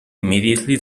immediately